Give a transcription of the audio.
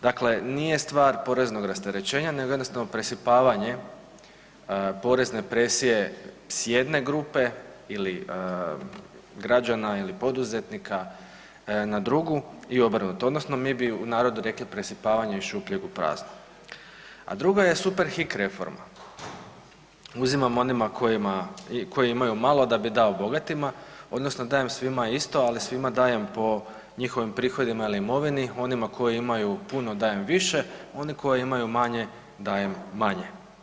Dakle nije stvar poreznog rasterećenja nego jednostavno presipavanje porezne presije s jedne grupe ili građana ili poduzetnika na drugu i obrnuto odnosno mi bi u narodu rekli presipavanje iz šupljeg u prazno, a druga je super hik reforma, uzimamo onima koji imaju malo da bi dao bogatima odnosno dajem svima isto ali svima dajem po njihovim prihodima ili imovini onima koji imaju puno dajem više, oni koji imaju manje dajem manje.